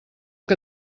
que